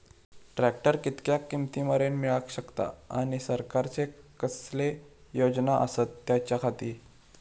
Tractor कितक्या किमती मरेन मेळाक शकता आनी सरकारचे कसले योजना आसत त्याच्याखाती?